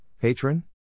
Patron